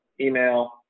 email